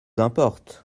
importe